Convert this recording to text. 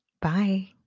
Bye